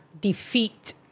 defeat